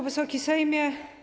Wysoki Sejmie!